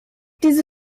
diese